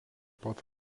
pat